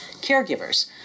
caregivers